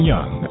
Young